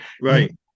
right